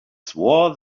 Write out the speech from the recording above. swore